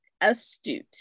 astute